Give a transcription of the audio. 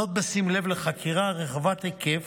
זאת, בשים לב לחקירה רחבת ההיקף